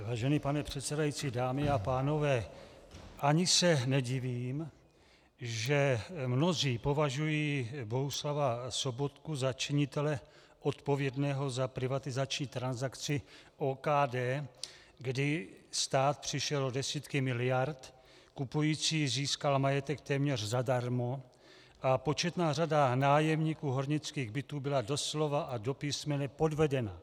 Vážený pane předsedající, dámy a pánové, ani se nedivím, že mnozí považují Bohuslava Sobotku za činitele odpovědného za privatizační transakci OKD, kdy stát přišel o desítky miliard, kupující získal majetek téměř zadarmo a početná řada nájemníků hornických bytů byla doslova a do písmene podvedena.